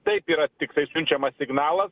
taip yra tiktai siunčiamas signalas